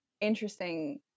interesting